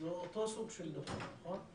זה אותו סוג של דוחות, נכון?